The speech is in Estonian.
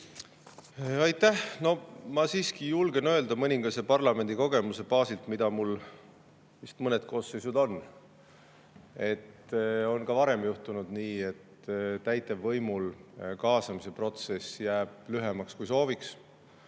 Aitäh! Ma siiski julgen öelda mõningase parlamendikogemuse baasilt, mida mul vist mõned koosseisud on, et on ka varem juhtunud nii, et täitevvõimul kaasamise protsess jääb lühemaks, kui sooviks.